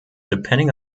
depending